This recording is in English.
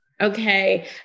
Okay